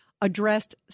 addressed